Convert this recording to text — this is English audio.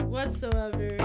Whatsoever